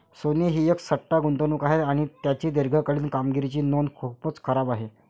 सोने ही एक सट्टा गुंतवणूक आहे आणि त्याची दीर्घकालीन कामगिरीची नोंद खूपच खराब आहे